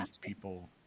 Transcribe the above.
people